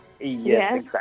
Yes